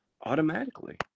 automatically